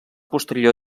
posterior